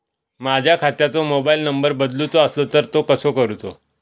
माझ्या खात्याचो mobile number बदलुचो असलो तर तो कसो करूचो?